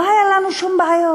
לא הייתה לנו שום בעיה.